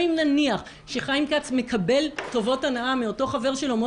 ארי הוא חבר שלו,